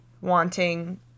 wanting